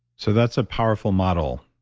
so that's a powerful model.